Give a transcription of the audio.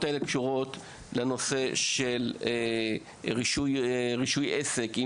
שקשורות לנושא של רישוי עסק,